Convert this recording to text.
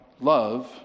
love